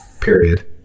period